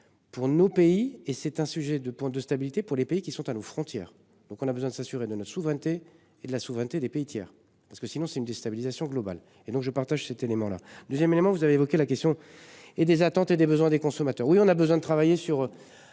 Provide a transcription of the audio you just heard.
Pour nos pays et c'est un sujet de de stabilité pour les pays qui sont à nos frontières. Donc on a besoin de s'assurer de notre souveraineté et de la souveraineté des pays tiers parce que sinon c'est une déstabilisation globale et donc je partage cet élément-là 2ème élément. Vous avez évoqué la question et des attentes et des besoins des consommateurs. Oui on a besoin de travailler sur